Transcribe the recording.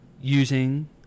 using